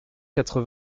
quatre